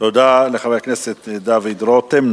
תודה לחבר הכנסת דוד רותם.